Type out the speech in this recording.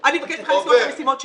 אני מבקשת ממך לעשות את המשימות שלי?